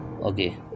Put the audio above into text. Okay